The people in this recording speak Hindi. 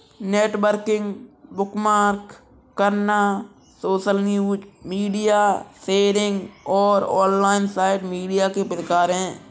नेटवर्किंग, बुकमार्क करना, सोशल न्यूज, मीडिया शेयरिंग और ऑनलाइन साइट मीडिया के प्रकार हैं